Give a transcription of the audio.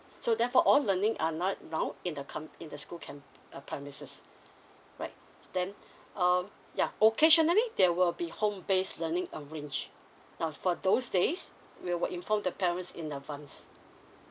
so therefore all learning are in the come in the school cam~ uh premises right then uh ya occasionally there will be home based learning arrange now for those days we will inform the parents in advance